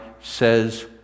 says